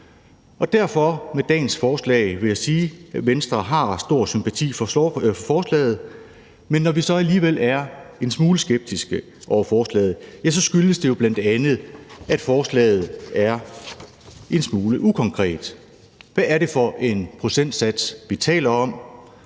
dagens forslag sige, at Venstre har stor sympati for forslaget, men når vi så alligevel er en smule skeptiske over for forslaget, skyldes det jo bl.a., at forslaget er en smule ukonkret. Hvad er det for en procentsats vi taler om?